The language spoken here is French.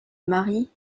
maris